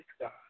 God